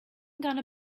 gonna